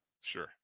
Sure